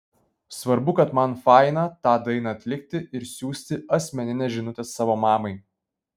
svarbu kad man faina tą dainą atlikti ir siųsti asmeninę žinutę savo mamai